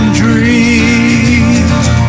dreams